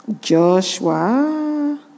Joshua